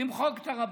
למחוק את הרבנות.